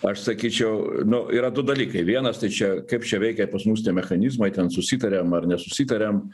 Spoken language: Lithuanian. aš sakyčiau nu yra du dalykai vienas tai čia kaip čia veikia pas mus tie mechanizmai ten susitariam ar ne susitariam